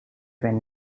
when